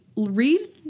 read